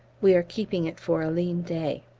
we are keeping it for a lean day.